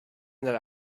that